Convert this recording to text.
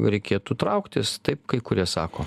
reikėtų trauktis taip kai kurie sako